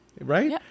right